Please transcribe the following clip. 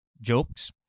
jokes